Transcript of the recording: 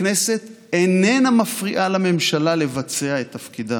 הכנסת איננה מפריעה לממשלה לבצע את תפקידה,